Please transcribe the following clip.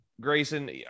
Grayson